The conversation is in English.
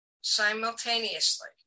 simultaneously